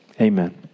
Amen